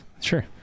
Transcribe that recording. sure